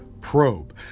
probe